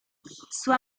sua